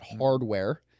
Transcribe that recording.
hardware